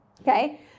Okay